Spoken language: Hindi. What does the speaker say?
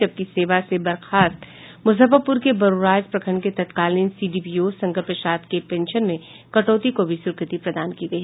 जबकि सेवा से बर्खास्त मुजफ्फरपुर के बरूराज प्रखंड के तत्कालीन सीडीपीओ शंकर प्रसाद के पेंशन में कटौती को भी स्वीकृति प्रदान की गयी